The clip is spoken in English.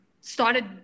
started